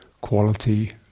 quality